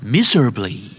Miserably